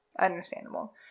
Understandable